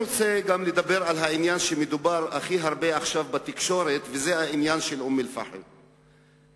היה כינוס של רשויות מהצפון בנצרת עם השר עמי אילון המופקד על נושא